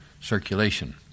circulation